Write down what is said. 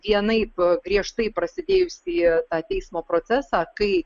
vienaip prieš tai prasidėjusį tą teismo procesą kai